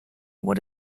what